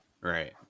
Right